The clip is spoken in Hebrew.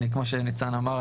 כמו שניצן אמר,